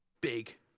big